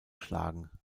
schlagen